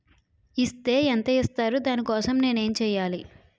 Is తే ఎంత ఇస్తారు దాని కోసం నేను ఎంచ్యేయాలి?